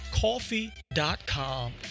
coffee.com